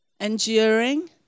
Enduring